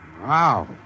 Wow